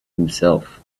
himself